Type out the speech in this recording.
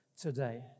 today